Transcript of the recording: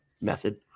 method